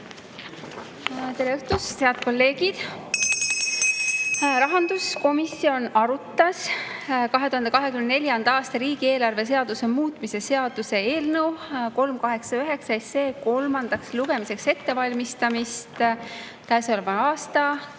Tere õhtust, head kolleegid! Rahanduskomisjon arutas 2024. aasta riigieelarve seaduse muutmise seaduse eelnõu 389 kolmandaks lugemiseks ettevalmistamist käesoleva aasta 13., 14.